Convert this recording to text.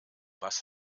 was